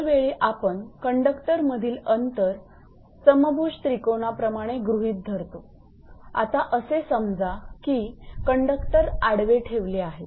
दरवेळी आपण कंडक्टर मधील अंतर समभुज त्रिकोणप्रमाणे गृहीत धरतो आता असे समजा की कंडक्टर आडवे ठेवले आहेत